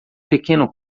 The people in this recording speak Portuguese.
pequeno